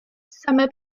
same